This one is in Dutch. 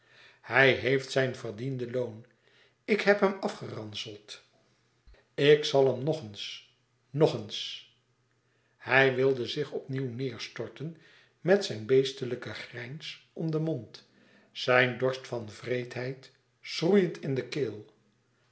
hij heeft zijn verdiend loon ik heb hem afgeranseld en ik zal hem nog eens nog eens hij wilde zich opnieuw neêrstorten met zijn beestelijken grijns om den mond zijn dorst van wreedheid schroeiend in de keel